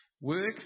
Work